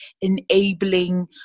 enabling